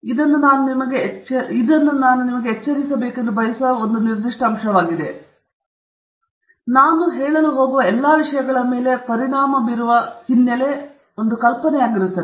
ಹಾಗಾಗಿ ನಾನು ಇಲ್ಲಿ ಮಾಡುವ ಬಿಂದುಗಳಲ್ಲಿ ಒಂದಾಗಿದೆ ನಾನು ನಿಮ್ಮನ್ನು ಎಚ್ಚರಿಸಬೇಕೆಂದು ಬಯಸುವ ಒಂದು ನಿರ್ದಿಷ್ಟವಾದ ಅಂಶವಾಗಿದೆ ನೀವು ನೆನಪಿನಲ್ಲಿಟ್ಟುಕೊಂಡರೆ ನಾನು ಹೇಳಲು ಹೋಗುವ ಎಲ್ಲಾ ವಿಷಯಗಳ ಮೇಲೆ ಪರಿಣಾಮ ಬೀರುವ ಹಿನ್ನೆಲೆ ಕಲ್ಪನೆಯಾಗಿರುತ್ತದೆ